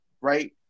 right